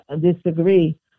disagree